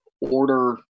order